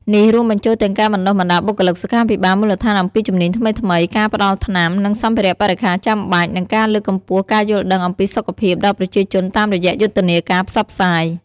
នេះរួមបញ្ចូលទាំងការបណ្តុះបណ្តាលបុគ្គលិកសុខាភិបាលមូលដ្ឋានអំពីជំនាញថ្មីៗ ការផ្តល់ថ្នាំ និងសម្ភារៈបរិក្ខារចាំបាច់ និងការលើកកម្ពស់ការយល់ដឹងអំពីសុខភាពដល់ប្រជាជនតាមរយៈយុទ្ធនាការផ្សព្វផ្សាយ។